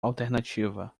alternativa